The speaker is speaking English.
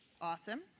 awesome